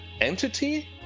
Entity